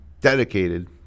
dedicated